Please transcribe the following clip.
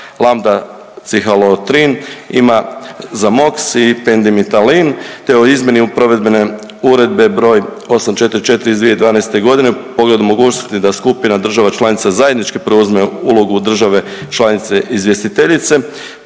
Lambda cihalotrin ima Zamox i Pendimetalin te o izmjeni u Provedbene Uredbe broj 844 iz 2012. godine u pogledu mogućnosti da skupina država članica zajednički preuzme ulogu države članice izvjestiteljice